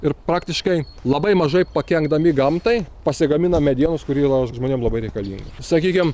ir praktiškai labai mažai pakenkdami gamtai pasigaminam medienos kuri yra žmonėm labai reikalinga sakykim